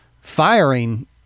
firing